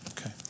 Okay